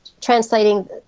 translating